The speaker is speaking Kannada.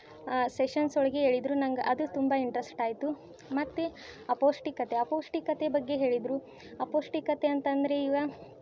ಆ ಸೆಷನ್ಸ್ ಒಳಗೆ ಹೇಳಿದ್ರು ನಂಗೆ ಅದು ತುಂಬ ಇಂಟ್ರೆಸ್ಟ್ ಆಯಿತು ಮತ್ತು ಅಪೌಷ್ಟಿಕತೆ ಅಪೌಷ್ಟಿಕತೆ ಬಗ್ಗೆ ಹೇಳಿದರು ಅಪೌಷ್ಟಿಕತೆ ಅಂತಂದರೆ ಈಗ